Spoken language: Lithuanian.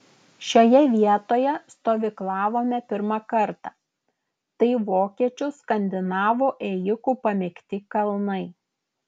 šioje vietoje stovyklavome pirmą kartą tai vokiečių skandinavų ėjikų pamėgti kalnai